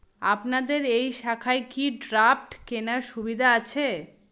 আপনাদের এই শাখায় কি ড্রাফট কেনার সুবিধা আছে?